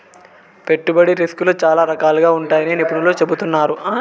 పెట్టుబడి రిస్కులు చాలా రకాలుగా ఉంటాయని నిపుణులు చెబుతున్నారు